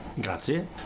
Grazie